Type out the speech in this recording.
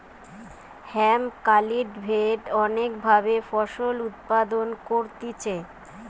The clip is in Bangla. হেম্প কাল্টিভেট অনেক ভাবে ফসল উৎপাদন করতিছে